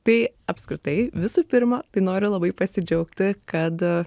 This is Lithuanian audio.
tai apskritai visų pirma tai noriu labai pasidžiaugti kad